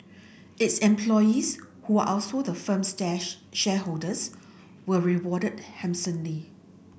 its employees who are also the firm's shareholders were rewarded handsomely